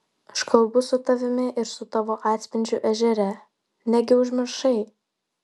aš kalbu su tavimi ir su tavo atspindžiu ežere negi užmiršai